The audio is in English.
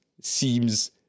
seems